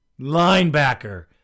linebacker